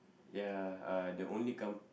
ya uh the only kam~